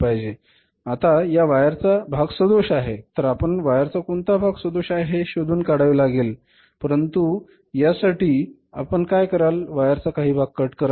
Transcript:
आता उदाहरणार्थ वायरचा हा भाग सदोष आहे तर आपणास वायरचा कोणता भाग सदोष आहे हे शोधून काढावे लागेल परंतु यासाठी आपण काय कराल तर वायर चा काही भाग कट कराल